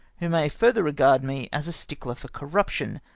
who may further regard me as a stickler for corruption,